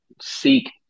seek